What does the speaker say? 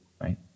right